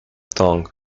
tongue